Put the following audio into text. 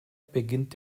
beginnt